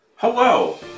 hello